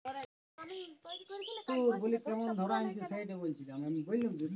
ঘরের পশু পাখিদের ছাস্থ বীমা পাওয়া যায় তাদের চিকিসার জনহে